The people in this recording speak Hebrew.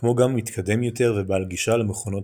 כמו גם מתקדם יותר ובעל גישה למכונות